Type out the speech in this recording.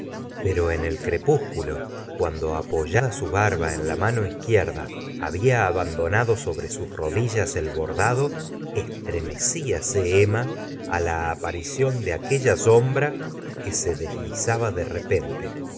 pero en el crepúsculo cuando apoyada su barba en la mano izquierda había abandonado sobre sus rodillas el bordado estremecíase emma la aparición de aquella sombra que se deslizaba de repente